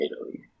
Italy